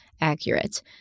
accurate